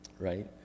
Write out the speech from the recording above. right